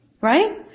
right